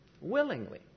Willingly